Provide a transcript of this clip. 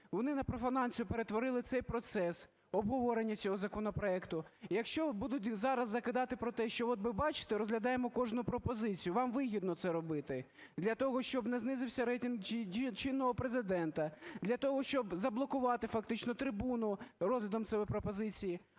Вони на профанацію перетворили цей процес, обговорення цього законопроекту. Якщо будуть зараз закидати про те, от ви, бачите, розглядаємо кожну пропозицію, вам вигідно це робити, для того, щоб не знизився рейтинг чинного Президента. Для того, щоб заблокувати фактично трибуну розглядом цієї пропозиції.